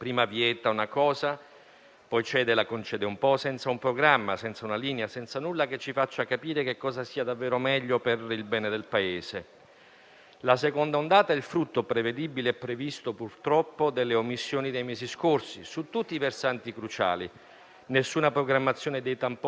La seconda ondata è purtroppo il frutto prevedibile e previsto delle omissioni dei mesi scorsi su tutti i versanti cruciali: nessuna programmazione dei tamponi dei *drive-in*, nessun tracciamento dei contatti, nessun controllo degli assembramenti, nessuna assunzione di personale sanitario, nessun rafforzamento delle terapie intensive.